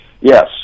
yes